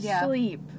sleep